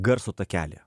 garso takelį